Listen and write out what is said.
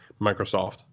Microsoft